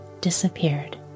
disappeared